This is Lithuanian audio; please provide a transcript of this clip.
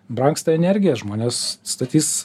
brangsta energija žmonės statys